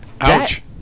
Ouch